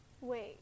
Wait